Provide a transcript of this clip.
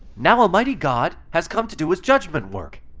now almighty god has come to do his judgment work,